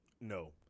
No